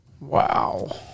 Wow